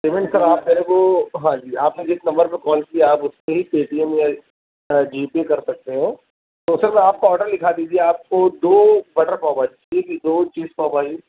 payment sir آپ میرے کو ہاں جی آپ نے جس نمبر پہ کال کیا آپ اس پہ ہی پے ٹی ایم یا جی پے کرسکتے ہیں تو سر آپ کا آڈر لکھا دیجیے آپ کو دو بٹر پاؤ بھاجی جی جی دو چیز پاؤ بھاجی